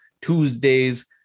tuesdays